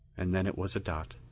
and then it was a dot,